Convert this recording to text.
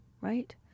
right